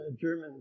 German